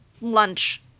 lunch